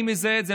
אני מזהה את זה,